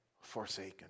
forsaken